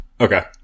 okay